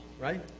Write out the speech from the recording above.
right